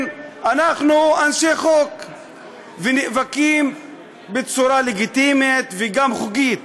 אנחנו אנשי חוק ונאבקים בצורה לגיטימית וגם חוקית,